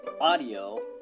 audio